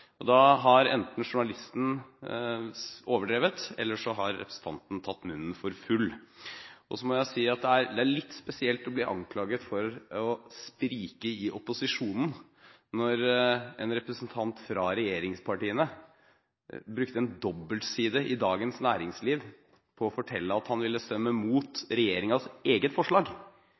konsekvensene. Da har enten journalisten overdrevet, eller så har representanten tatt munnen for full. Så må jeg si at det er litt spesielt å bli anklaget for at det spriker i opposisjonen, når en representant fra regjeringspartiene brukte en dobbeltside i Dagens Næringsliv på å fortelle at han ville stemme imot regjeringens eget forslag.